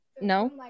No